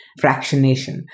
fractionation